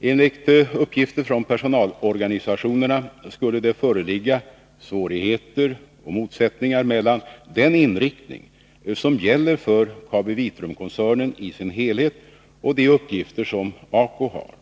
Enligt uppgifter från personalorganisationerna skulle det föreligga svårigheter och motsättningar mellan den inriktning som gäller för KabiVitrumkoncernen i dess helhet och de uppgifter som ACO har.